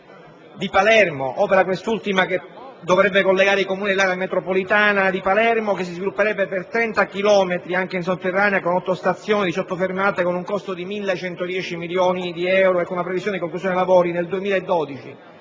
di Palermo, opera quest'ultima che dovrebbe collegare i comuni dell'area metropolitana di Palermo, che si svilupperebbe per 30 chilometri, anche in sotterranea, con 8 stazioni, 18 fermate con un costo di 1.110 milioni di euro e con una previsione di conclusione lavori nel 2012.